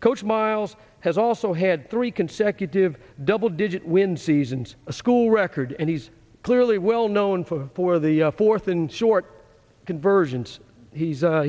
coach miles has also had three consecutive double digit win seasons a school record and he's clearly well known for the fourth and short conversions he's